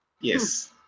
yes